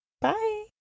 Bye